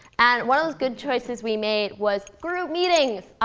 and one of those good choices we made was group meetings.